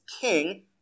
king